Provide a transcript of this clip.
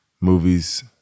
Movies